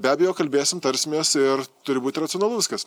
be abejo kalbėsim tarsimės ir turi būt racionalu viskas